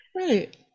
right